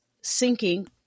sinking